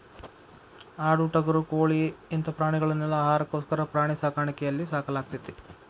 ಆಡು ಟಗರು ಕೋಳಿ ಇಂತ ಪ್ರಾಣಿಗಳನೆಲ್ಲ ಆಹಾರಕ್ಕೋಸ್ಕರ ಪ್ರಾಣಿ ಸಾಕಾಣಿಕೆಯಲ್ಲಿ ಸಾಕಲಾಗ್ತೇತಿ